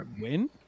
win